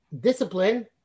discipline